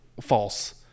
false